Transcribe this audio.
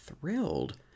thrilled